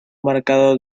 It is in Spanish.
marcado